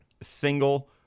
single-